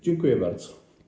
Dziękuję bardzo.